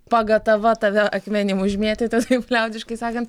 pagatava tave akmenim užmėtyti taip liaudiškai sakant